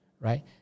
right